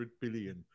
billion